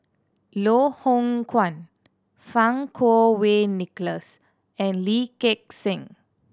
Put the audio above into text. Loh Hoong Kwan Fang Kuo Wei Nicholas and Lee Gek Seng